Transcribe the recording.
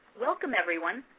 welcome everyone.